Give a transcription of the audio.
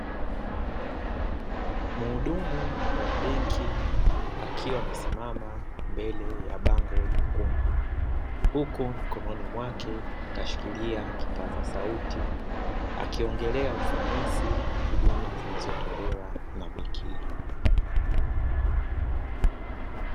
Muhudumu wa benki akiwa amesimama mbele ya bango jekundu. Huko mkononi mwake akishikilia kipaza sauti akiongelea ufanisi na huduma zinazotolewa na benki hii.